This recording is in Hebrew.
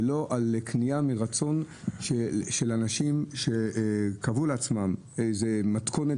על כניעה מרצון של אנשים שקבעו לעצמם איזו מתכונת,